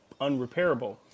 unrepairable